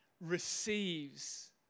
receives